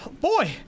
boy